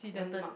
your turn